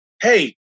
Hey